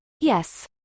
yes